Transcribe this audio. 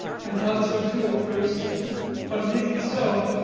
i thought so too, at first but it isn't so.